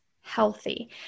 healthy